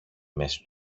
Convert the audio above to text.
μέση